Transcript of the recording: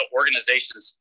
organizations